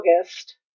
August